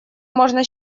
можно